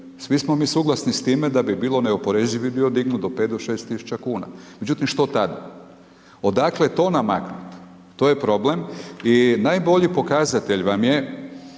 svi smo mi suglasni s time da bi bilo neoporezivi dio dignut do 5000-6000 kn. Međutim, što tad? Odakle to namaknuti? To je problem i najbolji pokazatelj vam je,